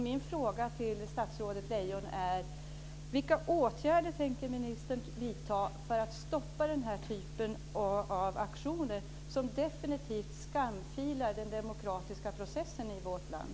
Min fråga till statsrådet Lejon är vilka åtgärder ministern tänker vidta för att stoppa denna typ av aktioner, som definitivt skamfilar den demokratiska processen i vårt land.